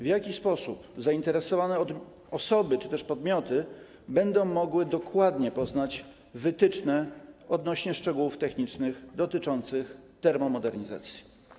W jaki sposób zainteresowane osoby czy też podmioty będą mogły dokładnie poznać wytyczne odnośnie do szczegółów technicznych dotyczących termomodernizacji?